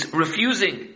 refusing